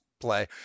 play